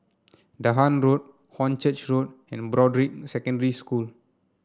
Dahan Road Hornchurch Road and Broadrick Secondary School